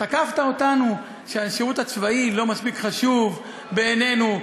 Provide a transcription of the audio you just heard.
תקפת אותנו שהשירות הצבאי לא מספיק חשוב בעינינו,